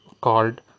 called